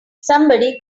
somebody